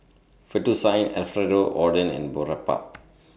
Fettuccine Alfredo Oden and Boribap